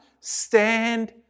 stand